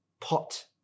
pot